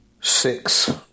Six